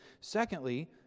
Secondly